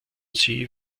sie